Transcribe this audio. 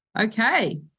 Okay